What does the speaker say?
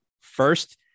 first